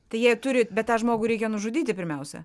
tai jie turi bet tą žmogų reikia nužudyti pirmiausia